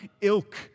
ilk